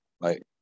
right